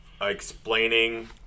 Explaining